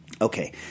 Okay